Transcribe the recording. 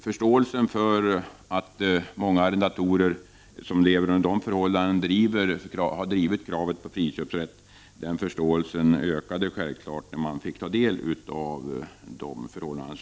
Förståelsen för att många arrendatorer som lever under sådana förhållanden har drivit kravet på friköpsrätt ökade självfallet när vi tog del av dessa förhållanden.